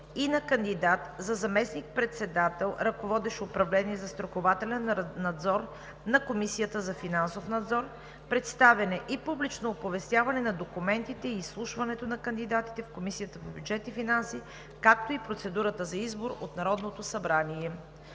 и на кандидат за заместник-председател, ръководещ управление „Застрахователен надзор“, на Комисията за финансов надзор, представяне и публично оповестяване на документите и изслушването на кандидатите в Комисията по бюджет и финанси, както и процедурата за избор от Народното събрание